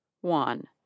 one